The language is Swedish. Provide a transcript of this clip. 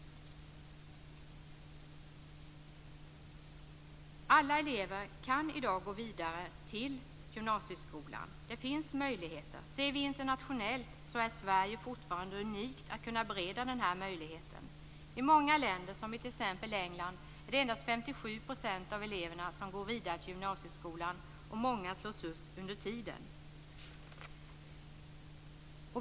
Alla elever kan i dag gå vidare till gymnasieskolan. Det finns möjligheter. Internationellt sett är Sverige fortfarande unikt när det gäller att kunna bereda den här möjligheten. I t.ex. England är det endast 57 % av eleverna som går vidare till gymnasieskolan, och många slås ut under tiden.